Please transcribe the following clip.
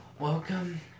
Welcome